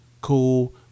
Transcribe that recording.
cool